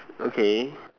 okay